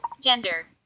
Gender